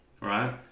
Right